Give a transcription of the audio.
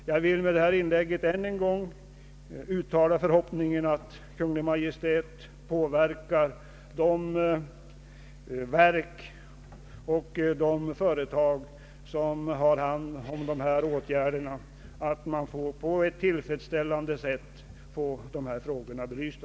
Jag uttalar den förhoppningen att Kungl. Maj:t måtte påverka de myndigheter och företag som skall vidta här erforderliga åtgärder så att man får dessa ersättningsfrågor lösta.